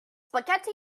spaghetti